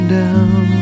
down